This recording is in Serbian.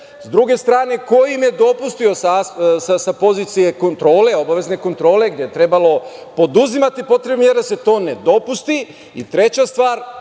s druge strane, ko im je dopustio sa pozicije kontrole, obavezne kontrole, gde je trebalo preduzimati potrebne mere, da se to ne dopusti,